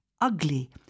ugly